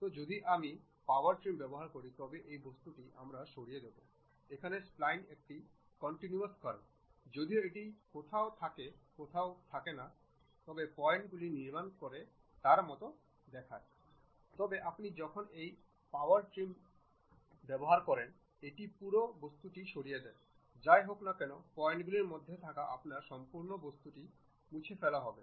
তো যদি আমি পাওয়ার ট্রিম ব্যবহার করি তবে এই বস্তুটি আমরা সরিয়ে দিবো এখানে স্প্লাইনটি একটি কন্টিনুয়াস কার্ভ যদিও এটি কোথাও থেকে কোথায় পয়েন্টগুলি নির্মাণ করে তার মতো দেখাচ্ছে তবে আপনি যখন এই পাওয়ার ট্রিম ব্যবহার করেন এটি পুরো বস্তুটি সরিয়ে দেয় যাই হোক না কেন পয়েন্টগুলির মধ্যে থাকা আপনার সম্পূর্ণ বস্তুটি মুছে ফেলা হবে